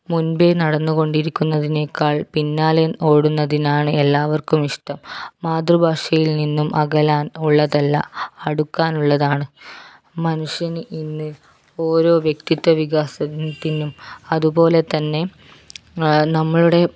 മുൻപേ നടന്നു കൊണ്ടിരിക്കുന്നതിനേക്കാൾ പിന്നാലെ ഓടുന്നതിനാണ് എല്ലാവർക്കും ഇഷ്ടം മാതൃഭാഷയിൽ നിന്നും അകലാൻ ഉള്ളതല്ല അടുക്കാനുള്ളതാണ് മനുഷ്യന് ഇന്ന് ഓരോ വ്യക്തിത്വവികാസത്തിനും അതുപോലെ തന്നെ നമ്മളുടെ